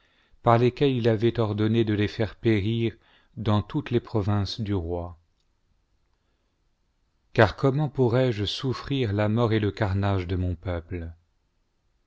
par lesquelles il avait ordonné de les faire périr dans toutes les provinces du roi car comment pourrais-je souffrir la mort et le carnage de mon peuple